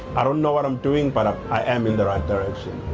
i don't know what i'm doing but i am and right direction.